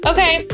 Okay